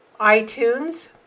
iTunes